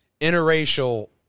interracial